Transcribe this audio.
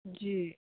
جی